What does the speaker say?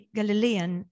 galilean